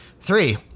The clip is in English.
Three